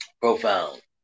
Profound